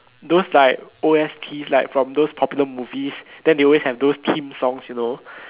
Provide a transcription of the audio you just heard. those like O_S_T from those popular movie then they always have those theme songs you know